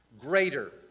greater